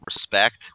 respect